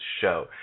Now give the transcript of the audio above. show